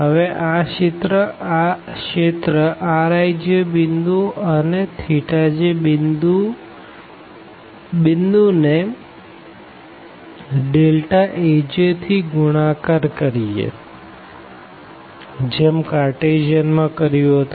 હવે આ region rij point અને j પોઈન્ટ ને Aj થી ગુણાકાર કરીએજેમ કાઅર્તેસિયન માં કર્યું હતું